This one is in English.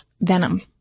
venom